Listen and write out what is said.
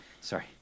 sorry